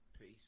Peace